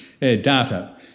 data